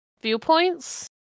viewpoints